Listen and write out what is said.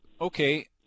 Okay